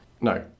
No